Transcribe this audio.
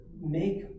make